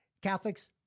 Catholics